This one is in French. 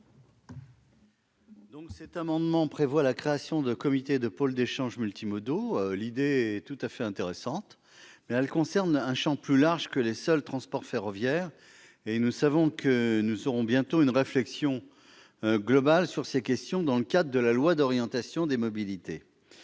? Cet amendement a pour objet la création de comités de pôles d'échanges multimodaux. L'idée est évidemment intéressante, mais elle concerne un champ plus large que les seuls transports ferroviaires. Nous savons que nous aurons bientôt une réflexion globale sur ces questions dans le cadre de la loi d'orientation des mobilités.